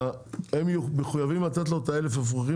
הם מחויבים לתת לו את ה-1,000 אפרוחים